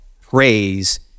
praise